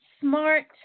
smart